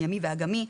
הימי והאגמי,